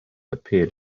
appeared